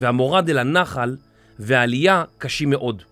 והמורד אל הנחל, והעלייה, קשים מאוד.